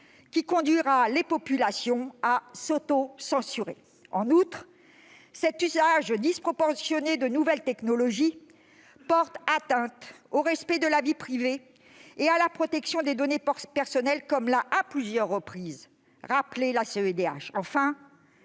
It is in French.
qui conduira les populations à « s'autocensurer ». En outre, cet usage disproportionné de nouvelles technologies porte atteinte au respect de la vie privée et à la protection des données personnelles comme l'a, à plusieurs reprises, rappelé la Cour